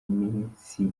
minsi